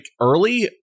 early